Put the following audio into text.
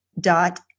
dot